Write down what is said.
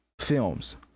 films